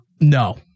no